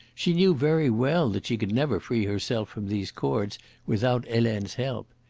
she knew very well that she could never free herself from these cords without helene's help.